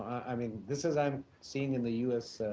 i mean, this is i'm seeing in the u s.